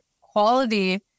quality